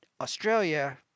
Australia